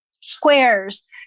squares